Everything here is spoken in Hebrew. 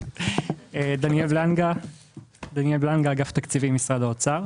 אני מאגף התקציבים במשרד האוצר.